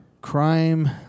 Crime